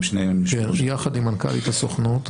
כן, יחד עם מנכ"לית הסוכנות.